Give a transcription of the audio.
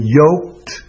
yoked